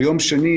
ביום שני,